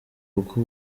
kuko